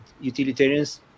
Utilitarians